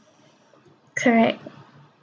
correct